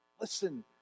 Listen